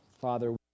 Father